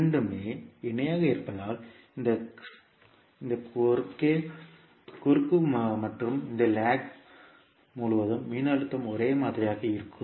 இரண்டுமே இணையாக இருப்பதால் இந்த குறுக்கு மற்றும் இந்த லேக் முழுவதும் மின்னழுத்தம் ஒரே மாதிரியாக இருக்கும்